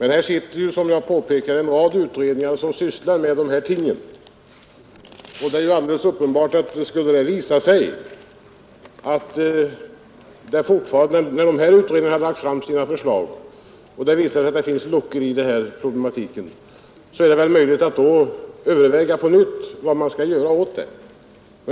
Nu sitter det, som jag påpekade, Nr 128 en rad utredningar som Sysslar med de bar tingen, men deg.är alldeles Onsdagen den uppenbart att skulle det visa sig att det; när de har lagt fram sina förslag, 17-:noveribör.1971 fortfarande finns luckor i problematiken, så är det möjligt att då på nytt = överväga vad man skall göra åt den.